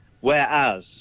whereas